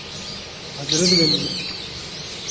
हज़रतगंज में